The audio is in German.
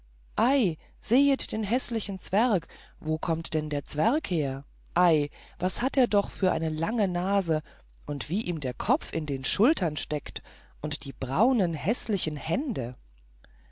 ei sehet den häßlichen zwerg wo kommt der zwerg her ei was hat er doch für eine lange nase und wie ihm der kopf in den schultern steckt und die braunen häßlichen hände